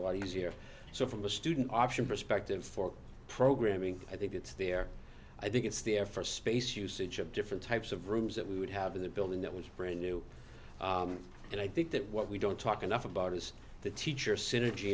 a lot easier so from a student option perspective for programming i think it's there i think it's there for space usage of different types of rooms that we would have in the building that was brand new and i think that what we don't talk enough about is the teacher synergy